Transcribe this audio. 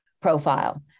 profile